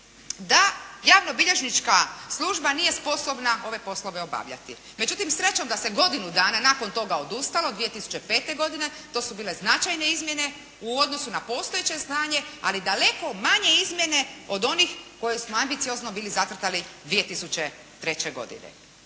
da javnobilježnička služba nije sposobna ove poslove obavljati. Međutim srećom da se godinu dana nakon toga odustalo 2005. godine. To su bile značajne izmjene u odnosu na postojeće znanje, ali daleko manje izmjene od onih koje smo ambiciozno bili zacrtali 2003. godine.